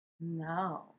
no